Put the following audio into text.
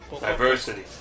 diversity